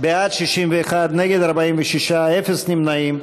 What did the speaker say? בעד, 61, נגד, 46, אפס נמנעים.